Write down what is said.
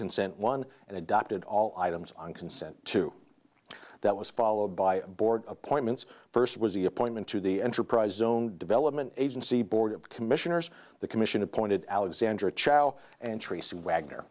consent one and adopted all items on consent to that was followed by board appointments first was the appointment to the enterprise zone development agency board of commissioners the commission appointed alexandra cho and tracy wagner